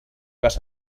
vas